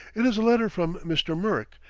it is a letter from mr. merk,